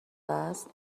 است